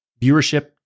Viewership